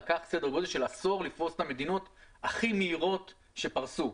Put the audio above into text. לקח סדר גודל של עשור לפרוס במדינות הכי מהירות שפרסו.